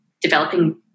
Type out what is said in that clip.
developing